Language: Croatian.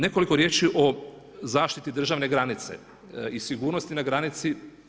Nekoliko riječi o zaštiti državne granice i sigurnosti na granici.